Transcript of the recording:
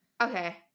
Okay